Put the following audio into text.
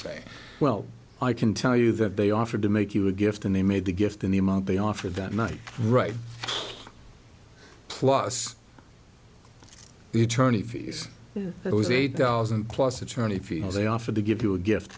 say well i can tell you that they offered to make you a gift and they made the gift in the amount they offer that night right plus the attorney fees it was eight thousand plus attorney fees they offered to give you a gift